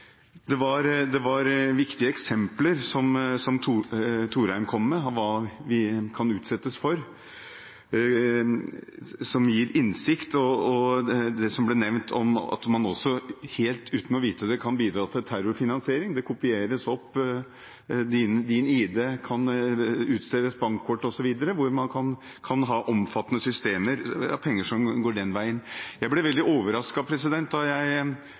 Det var viktige eksempler som representanten Thorheim kom med, hva vi kan utsettes for – det gir innsikt. Også det som ble nevnt om at man helt uten å vite det kan bidra til terrorfinansiering. Din ID kan kopieres, det utstedes bankkort, osv. Man kan ha omfattende systemer – og penger kan gå den veien. Jeg ble veldig overrasket da jeg